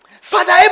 Father